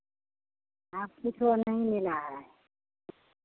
और कुछो नहीं मिला है